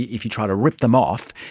if you try to rip them off,